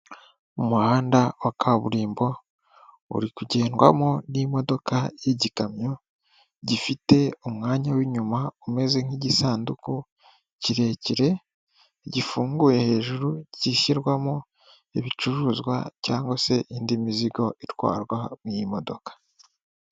Umuhanda wa kaburimbo uri kugendwamo n'imodoka y'igikamyo gifite umwanya w'inyuma umeze nk'igisanduku kirekire gifunguye hejuru gishyirwamo ibicuruzwa cyangwag se indi mizigo itwarwa n'iyi modoka.